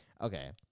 Okay